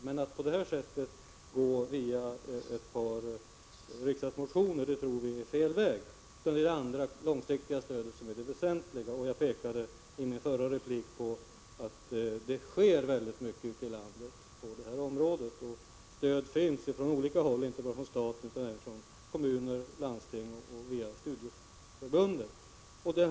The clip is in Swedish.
Men att åstadkomma detta via ett par riksdagsmotioner tror vi är fel väg att gå. Det är det långsiktiga stödet som är det väsentliga, och jag påpekade i min förra replik att det sker väldigt mycket ute i landet på detta område. Stöd ges från olika håll, inte bara från staten utan även från kommuner och landsting och via studieförbunden.